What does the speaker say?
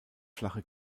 flache